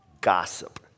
gossip